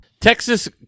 texas